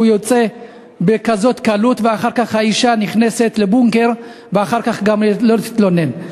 יוצא בכזאת קלות ואחר כך האישה נכנסת לבונקר וגם לא יכולה להתלונן.